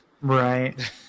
Right